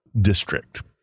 district